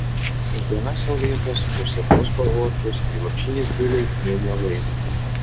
už dienas saulėtas už sapnus spalvotus kai lopšinę tyliai niūniavai